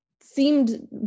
seemed